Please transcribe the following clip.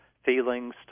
feelings